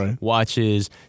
watches